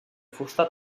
fusta